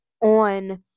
on